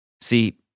See